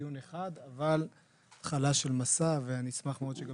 מדיון אחד אבל התחלה של מסע ואני אשמח מאוד שגם